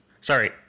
Sorry